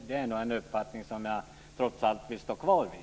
Det är en uppfattning som jag trots allt vill stå kvar vid.